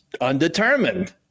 Undetermined